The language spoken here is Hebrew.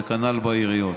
וכנ"ל בעיריות.